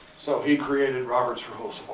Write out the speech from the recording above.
so, he created robert's rules